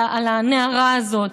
על הנערה הזאת,